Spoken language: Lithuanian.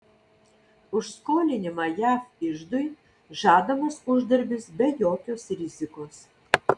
už skolinimą jav iždui žadamas uždarbis be jokios rizikos